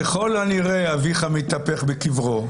ככל הנראה אביך מתהפך בקברו.